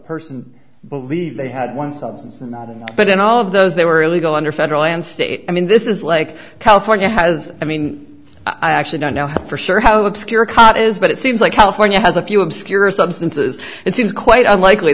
person believed they had one substance and not them but in all of those they were illegal under federal and state i mean this is like california has i mean i actually don't know for sure how obscure caught is but it seems like california has a few obscure substances it seems quite unlikely